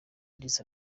addis